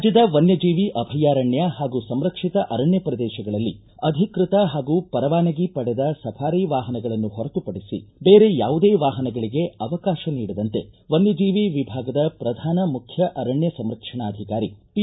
ರಾಜ್ಯದ ವನ್ಯ ಜೀವಿ ಅಭಯಾರಣ್ಯ ಹಾಗೂ ಸಂರಕ್ಷಿತ ಅರಣ್ಯ ಪ್ರದೇಶಗಳಲ್ಲಿ ಅಧಿಕೃತ ಹಾಗೂ ಪರವಾನಗಿ ಪಡೆದ ಸಫಾರಿ ವಾಹನಗಳನ್ನು ಹೊರತು ಪಡಿಸಿ ಬೇರೆ ಯಾವುದೇ ವಾಹನಗಳಿಗೆ ಅವಕಾಶ ನೀಡದಂತೆ ವನ್ಯಜೀವಿ ವಿಭಾಗದ ಪ್ರಧಾನ ಮುಖ್ಯ ಅರಣ್ಯ ಸಂರಕ್ಷಣಾಧಿಕಾರಿ ಪಿ